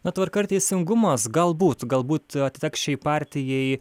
na tvarka ir teisingumas galbūt galbūt atiteks šiai partijai